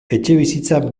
etxebizitza